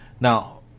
now